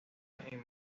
escuela